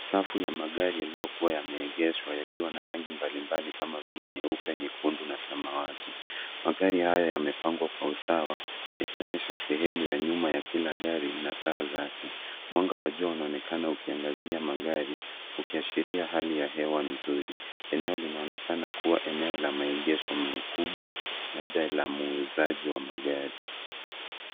Safu ya magari yaliyokua yamegeshwa yakiwa na rangi mbalimbali kama vile nyeupe, nyekundu na samawati. Magari haya yamepangwa kwa usawa yakionyesha sehemu ya nyuma ya kila gari na taa zake. Mwanga wa jua unaonekana ukiangazia magari ukiashiria hali ya hewa nzuri. Eneo linaonekana kuwa eneo la maegesho mkubwa labda la mwuuzaji wa magari.